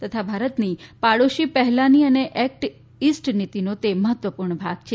તથા ભારતની પાડોશી પહેલા અને એક્ટ ઈસ્ટ નીતીનો મહત્વપૂર્ણ ભાગ છે